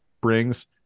brings